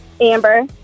Amber